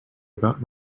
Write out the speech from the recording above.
about